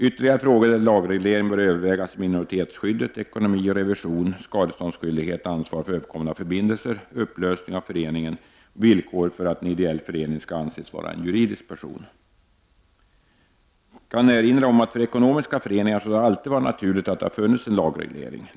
Ytterligare frågor där lagreglering bör övervägas är minoritetsskyddet, ekonomi och revision, skadeståndsskyldighet, ansvar för uppkomna förbindelser, upplösning av förening och villkoren för att en ideell förening skall anses vara en juridisk person. Jag kan erinra om att för ekonomiska föreningar har det alltid varit naturligt att det funnits en lagreglering.